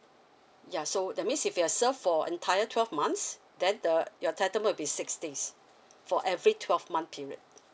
ya so that means if you have serve for entire twelve months then the your entitlement will be six days for every twelve month period